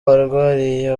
barwariye